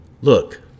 look